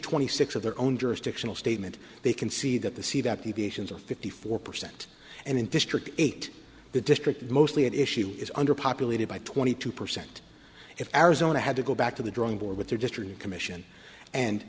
twenty six of their own jurisdictional statement they can see that the see that deviations are fifty four percent and in district eight the district mostly at issue is under populated by twenty two percent if arizona had to go back to the drawing board with their district commission and